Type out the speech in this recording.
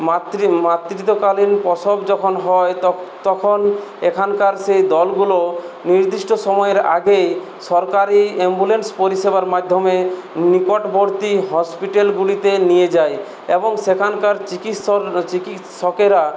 মাতৃ মাতৃত্বকালীন প্রসব যখন হয় তখন এখানকার সেই দলগুলো নির্দিষ্ট সময়ের আগে সরকারি অ্যাম্বুলেন্স পরিষেবার মাধ্যমে নিকটবর্তী হসপিটালগুলিতে নিয়ে যায় এবং সেখানকার চিকিৎসক চিকিৎসকেরা